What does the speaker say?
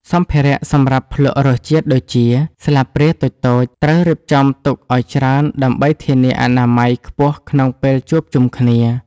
សម្ភារៈសម្រាប់ភ្លក្សរសជាតិដូចជា ស្លាបព្រាតូចៗ ត្រូវរៀបចំទុកឱ្យច្រើនដើម្បីធានាអនាម័យខ្ពស់ក្នុងពេលជួបជុំគ្នា។